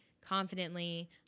confidently